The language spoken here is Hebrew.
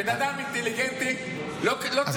בן אדם אינטליגנטי, לא צריך כמוני, פחות, אם יש.